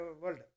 world